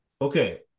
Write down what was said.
Okay